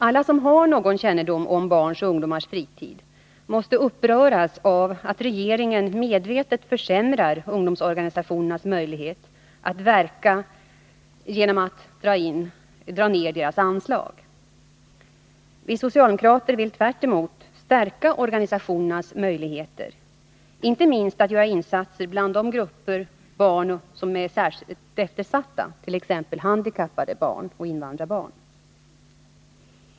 Alla som har någon kännedom om barns och ungdomars fritid måste uppröras av att regeringen medvetet försämrar ungdomsorganisationernas möjlighet att verka genom att dra ner deras anslag. Vi socialdemokrater vill tvärtemot stärka organisationernas möjligheter, inte minst deras möjligheter att göra insatser bland de grupper barn som är särskilt eftersatta, t.ex. handikappade barn och invandrarbarn.